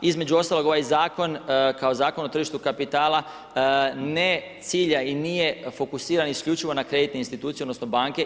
Između ostalog, ovaj Zakon kao Zakon o tržištu kapitala ne cilja i nije fokusiran isključivo na kreditne institucije odnosno banke.